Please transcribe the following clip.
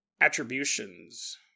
attributions